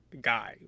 guy